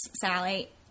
Sally